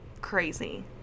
Crazy